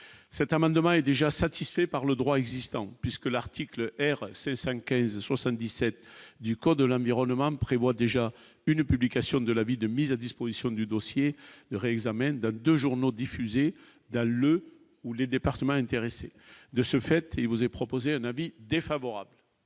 cet amendement est déjà satisfait par le droit existant, puisque l'article R 5 15 77 du code de l'environnement prévoit déjà une publication de l'avis de mise à disposition du dossier le réexamen de 2 journaux diffusés dans le ou les départements intéressés de ce fait, il vous est proposé un avis défavorable.